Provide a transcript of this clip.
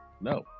No